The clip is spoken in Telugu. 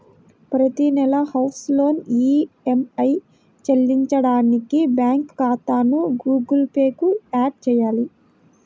ప్రతి నెలా హౌస్ లోన్ ఈఎమ్మై చెల్లించడానికి బ్యాంకు ఖాతాను గుగుల్ పే కు యాడ్ చేయాలి